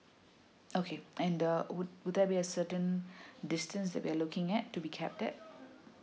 okay and the would would there be a certain distance that we are looking at to be kept at